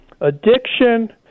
addiction